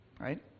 Right